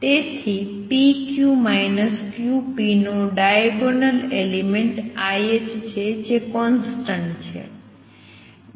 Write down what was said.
તેથી p q q p નો diagonal element ih છે જે કોંસ્ટંટ છે